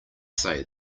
say